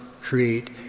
create